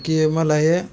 की मला हे